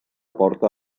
porta